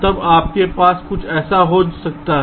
तब आपके पास कुछ ऐसा हो सकता है